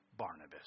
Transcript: Barnabas